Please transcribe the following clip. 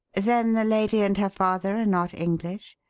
then the lady and her father are not english?